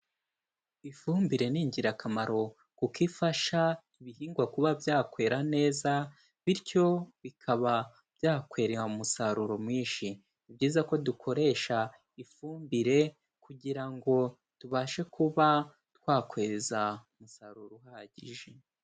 Ifumbire ni ingirakamaro kuko ifasha ibihingwa kuba byakwera neza bityo bikaba bya kwera umusaruro mwinshi. Ni byiza ko dukoresha ifumbire kugira ngo tubashe kuba twakweza umusaruro uhagije.